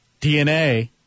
DNA